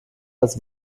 als